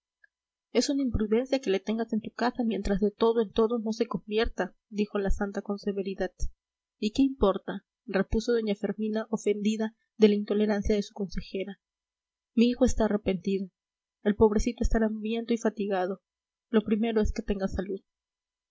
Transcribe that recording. es una imprudencia que le tengas en tu casa mientras de todo en todo no se convierta dijo la santa con severidad y qué importa repuso doña fermina ofendida de la intolerancia de su consejera mi hijo está arrepentido el pobrecito estará hambriento y fatigado lo primero es que tenga salud